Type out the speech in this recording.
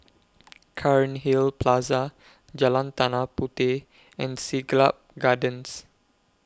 Cairnhill Plaza Jalan Tanah Puteh and Siglap Gardens